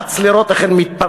נחמץ לראות איך הן מתפרקות,